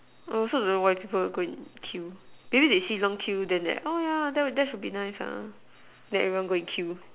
I also don't know why people go and queue maybe they see long queue then they like oh yeah that that should be nice ah then everyone go and queue